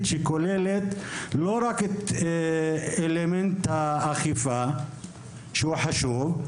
שכוללת לא רק את אלמנט האכיפה שהוא חשוב,